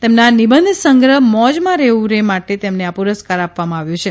તેમના નિબંધસંગ્રહ મોજમાં રેવુ રે માટે તેમને આ પુરસ્કાર આપવામા આવ્યો છે